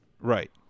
Right